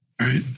right